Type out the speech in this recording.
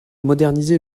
moderniser